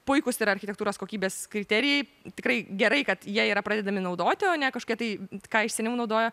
puikūs yra architektūros kokybės kriterijai tikrai gerai kad jie yra pradedami naudoti o ne kažkokie tai ką iš seniau naudojo